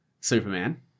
Superman